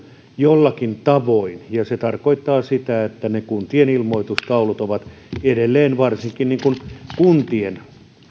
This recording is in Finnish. jollakin tavoin se tarkoittaa sitä että ne kuntien ilmoitustaulut ovat edelleen varsinkin